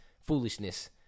foolishness